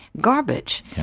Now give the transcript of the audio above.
garbage